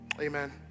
Amen